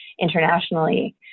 internationally